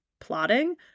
plotting